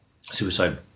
suicide